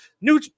new